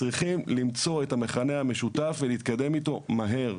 צריכים למצוא את המכנה המשותף ולהתקדם איתו מהר,